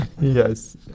Yes